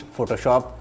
Photoshop